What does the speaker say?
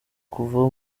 kuva